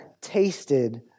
tasted